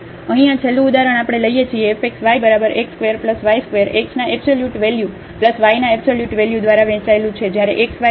અહીં આ છેલ્લું ઉદાહરણ આપણે લઈએ છીએ fx y બરાબર x ² y ² x ના એબ્સોલ્યુટ વેલ્યુ y ના એબ્સોલ્યુટ વેલ્યુ દ્વારા વહેંચાયેલું છે જ્યારે xy 0 ની બરાબર નથી